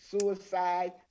suicide